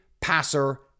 passer